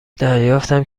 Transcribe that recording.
دریافتم